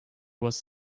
was